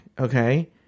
Okay